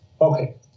Okay